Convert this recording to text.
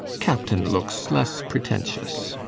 captain looks less pretentious.